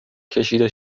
کشیده